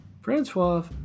Francois